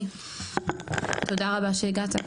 תודה רבה שהגעת.